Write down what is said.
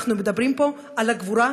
אנחנו מדברים פה על גבורה,